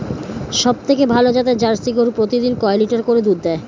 সবথেকে ভালো জাতের জার্সি গরু প্রতিদিন কয় লিটার করে দুধ দেয়?